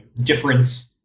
difference